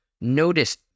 notice